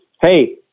hey